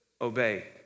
obey